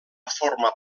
formar